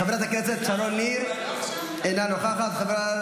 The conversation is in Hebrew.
תודה רבה.